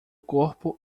corpo